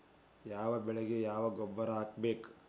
ಯಾವ ಬೆಳಿಗೆ ಯಾವ ಗೊಬ್ಬರ ಹಾಕ್ಬೇಕ್?